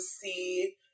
see